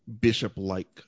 bishop-like